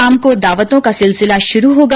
शाम को दावतों का सिलसिला शुरू होगा